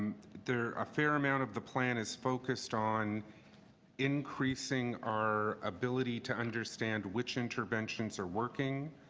there are a fair amount of the plan is focused on increasing our ability to understand which interventions are working,